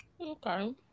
Okay